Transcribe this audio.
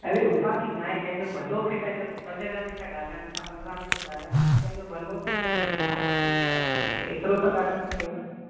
अरे उपाधी न आहे कंहिंजो भलो थिए पंहिंजो पंज ॾह मिन्ट ॻाल्हाइण सां पंद्रह मिन्ट ॻाल्हाइण सां कंहिंजो भलो थिए त हिनमें छा तकलीफ़ आहे पाण खे एतिरो त करणु खपे न